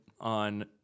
on